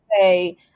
say